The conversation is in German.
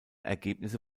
ergebnisse